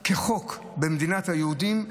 כחוק במדינת היהודים,